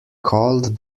called